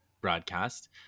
broadcast